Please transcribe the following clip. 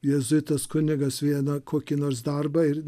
jėzuitas kunigas vieną kokį nors darbą ir